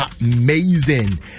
Amazing